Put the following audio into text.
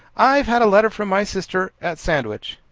i've had a letter from my sister at sandwich.